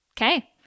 Okay